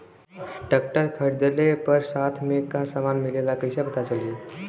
Tractor खरीदले पर साथ में का समान मिलेला कईसे पता चली?